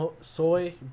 soy